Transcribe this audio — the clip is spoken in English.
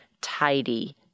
tidy